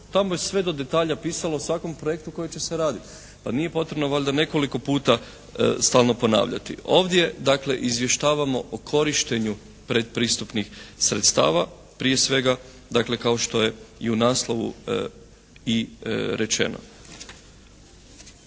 Tamo je sve do detalja pisalo o svakom projektu koji će se raditi, pa nije potrebno valjda nekoliko puta stalno ponavljati. Ovdje dakle izvještavamo o korištenju predpristupnih sredstava prije svega dakle kao što je i u naslovu rečeno.